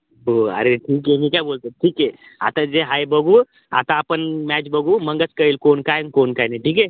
हो अरे ठीक आहे मी काय बोलतो ठीक आहे आता जे आहे बघू आता आपण मॅच बघू मगच कळेल कोण काय आणि कोण काय नाही ते ठीक आहे